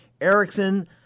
Erickson